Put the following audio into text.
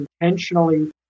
intentionally